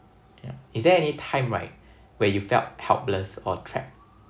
ya is there any time right where you felt helpless or trapped